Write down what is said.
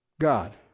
God